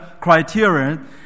criterion